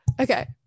okay